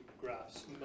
graphs